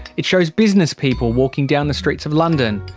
it shows businesspeople walking down the streets of london.